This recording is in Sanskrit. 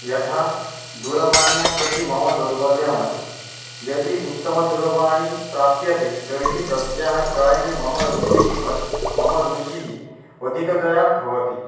यथा दूरवाण्यां प्रति मम दौर्बल्यम् अस्ति यदि उत्तमदूरवाणी प्राप्यते तर्हि तस्याः क्रयणे मम रुचिः मम रुचिः अधिकतया भवति